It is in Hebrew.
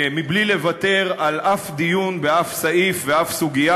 בלי לוותר על אף דיון באף סעיף ובאף סוגיה,